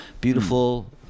beautiful